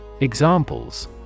Examples